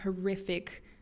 horrific